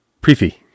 Prefix